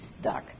stuck